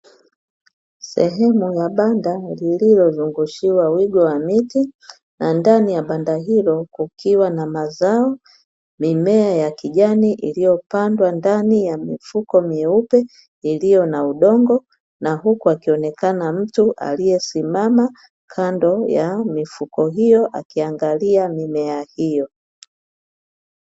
Sehemu ya banda lililozungushiwa wigo wa miti na ndani ya banda hilo kukiwa na mazao, mimea ya kijani iliyopandwa ndani ya mifuko meupe iliyo na udongo na huku akionekana mtu aliyesimama kando ya mifuko hiyo, akiangalia mimea hiyo.